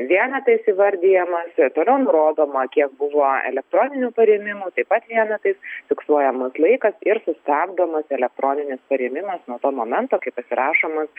vienetais įvardijamas toliau nurodoma kiek buvo elektroninių parėmimų taip pat vienetais fiksuojamas laikas ir sustabdomas elektroninis parėmimas nuo to momento kai pasirašomas